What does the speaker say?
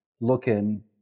looking